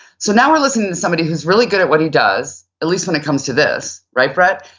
so now we're listening to somebody who's really good at what he does, at least when it comes to this, right brett?